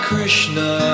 Krishna